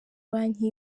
banki